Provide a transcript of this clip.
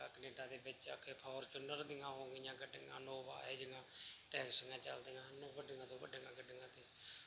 Canada ਦੇ ਵਿੱਚ ਆ ਕੇ ਫੋਰਚੁਨਰ ਦੀਆਂ ਹੋ ਗਈਆਂ ਗੱਡੀਆਂ ਇਨੋਵਾ ਇਹੋ ਜਿਹੀਆਂ ਟੈਕਸੀਆਂ ਚੱਲਦੀਆਂ ਹਨ ਵੱਡੀਆ ਤੋਂ ਵੱਡੀਆ ਗੱਡੀਆਂ 'ਤੇ